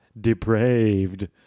depraved